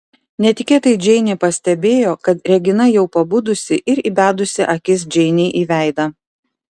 netikėtai džeinė pastebėjo kad regina jau pabudusi ir įbedusi akis džeinei į veidą